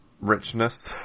richness